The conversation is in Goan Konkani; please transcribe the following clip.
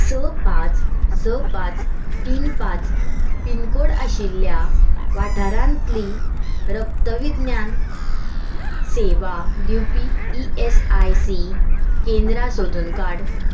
स पांच स पांच तीन पांच पिनकोड आशिल्ल्या वाठारांतलीं रक्तविज्ञान सेवा दिवपी ई एस आय सी केंद्रां सोदून काड